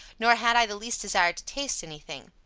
nor had i the least desire to taste any thing.